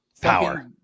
power